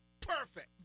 perfect